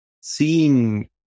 seeing